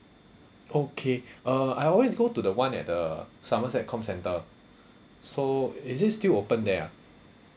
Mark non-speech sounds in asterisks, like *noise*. okay *breath* uh I always go to the one at the somerset comcentre so is is it still open there ah